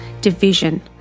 division